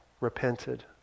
repented